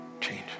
change